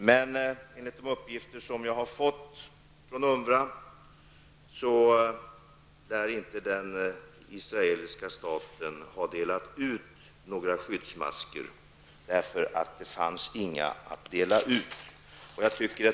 Men enligt de uppgifter som jag har fått från UNRWA lär inte den israeliska staten ha delat ut några skyddsmasker, eftersom det inte fanns några att dela ut.